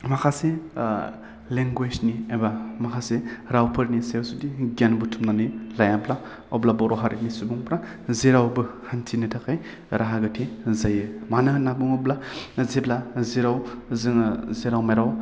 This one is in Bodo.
माखासे लेंगुवेजनि एबा माखासे रावफोरनि सायाव जुदि गियान बुथुमनानै लायाब्ला अब्ला बर' हारिनि सुबुंफ्रा जेरावबो हान्थिनो थाखाय राहा गोथे होनजायो मानो होनना बुङोब्ला जेब्ला जेराव जोङो जेराव मेराव